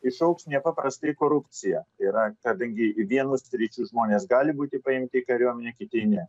išaugs neprastai korupcija tai yra kadangi vienų sričių žmonės gali būti paimti į kariuomenę kiti ne